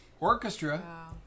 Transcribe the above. Orchestra